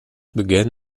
began